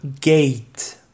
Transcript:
gate